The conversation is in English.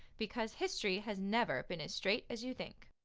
because history has never been as straight as you think